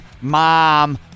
Mom